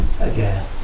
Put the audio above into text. again